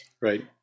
right